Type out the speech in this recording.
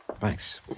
Thanks